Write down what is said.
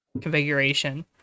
configuration